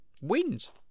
wins